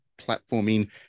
platforming